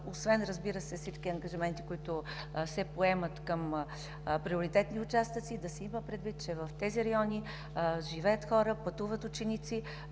е, разбира се, освен всички ангажименти, които се поемат към приоритетните участъци, да се има предвид, че в тези райони живеят хора, пътуват ученици,